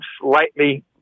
slightly